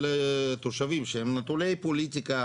שהם נטולי פוליטיקה